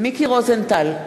מיקי רוזנטל,